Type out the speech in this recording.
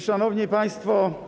Szanowni Państwo!